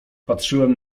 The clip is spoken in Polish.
patrzyłem